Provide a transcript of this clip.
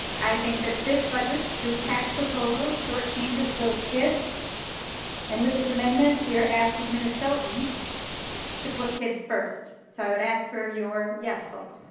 i think that this budget this tax proposal shortchanges those kids and with this amendment we are asking minnesotans to put kids first. so i would ask for your yes bolan.